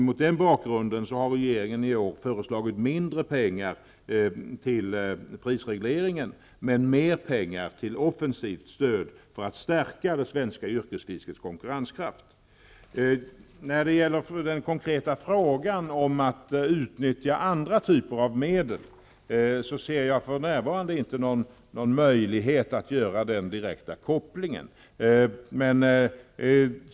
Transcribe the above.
Mot denna bakgrund har regeringen föreslagit mindre pengar till prisreglering och mer pengar till offensivt stöd för att stärka det svenska yrkesfiskets konkurrenskraft. När det gäller den konkreta frågan om att utnyttja andra typer av medel, ser jag för närvarande inte någon möjlighet att göra en direkt koppling.